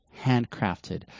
handcrafted